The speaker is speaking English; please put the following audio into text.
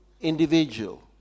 individual